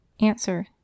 Answer